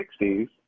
1960s